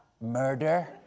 murder